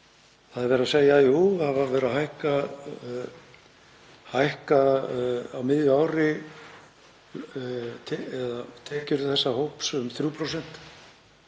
Það er verið að segja: Jú, það er verið að hækka á miðju ári tekjur þessa hóps um 3%